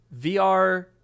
VR